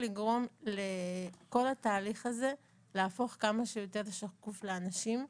לגרום לכל התהליך הזה להפוך כמה שיותר שקוף לאנשים,